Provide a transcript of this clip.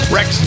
Rex